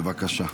בבקשה.